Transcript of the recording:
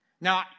Now